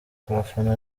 abafana